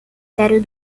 sério